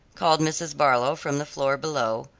called mrs. barlow from the floor below.